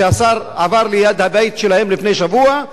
שהשר עבר ליד הבית שלהם לפני שבוע,